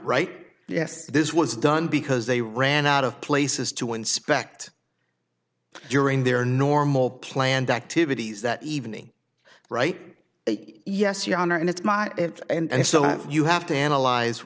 right yes this was done because they ran out of places to inspect during their normal planned activities that evening right yes your honor and it's my and so you have to analyze